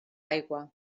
aigua